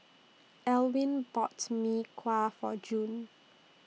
Elwin bought Mee Kuah For June